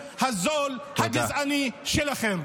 בפופוליזם הזול, הגזעני שלכם.